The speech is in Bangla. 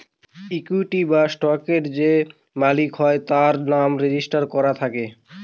ইকুইটি বা স্টকের যে মালিক হয় তার নাম রেজিস্টার করা থাকে